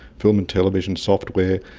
film and television, software.